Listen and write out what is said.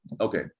Okay